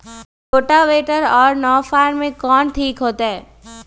Rotavator और नौ फ़ार में कौन ठीक होतै?